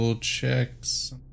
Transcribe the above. Checks